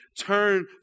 Turn